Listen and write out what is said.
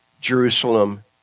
Jerusalem